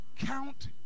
count